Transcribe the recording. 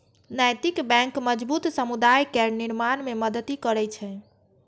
नैतिक बैंक मजबूत समुदाय केर निर्माण मे मदति करै छै